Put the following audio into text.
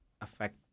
affect